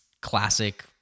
classic